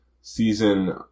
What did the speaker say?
Season